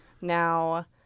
now